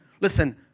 Listen